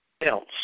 else